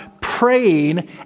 praying